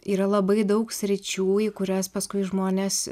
yra labai daug sričių į kurias paskui žmonės